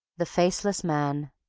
the faceless man